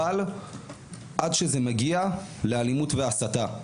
אבל עד שזה מגיע לאלימות והסתה.